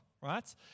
right